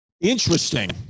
Interesting